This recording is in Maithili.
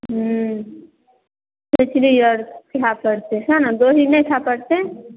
खिचड़ी अर खाय पड़तै सएह ने दही नहि खाय पड़तै